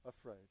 afraid